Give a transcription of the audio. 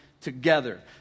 together